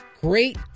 Great